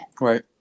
right